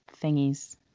thingies